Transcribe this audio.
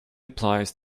applies